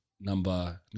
number